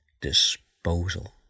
disposal